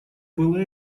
было